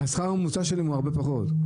השכר הממוצע שלהם הוא הרבה פחות.